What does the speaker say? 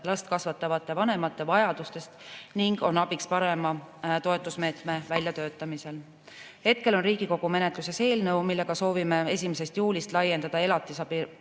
last kasvatavate vanemate vajadustest ning on abiks parema toetusmeetme väljatöötamisel. Hetkel on Riigikogu menetluses eelnõu, millega soovime 1. juulist laiendada elatisabi